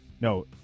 No